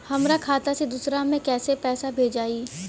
हमरा खाता से दूसरा में कैसे पैसा भेजाई?